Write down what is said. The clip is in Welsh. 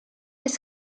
beth